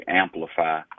amplify